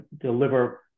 deliver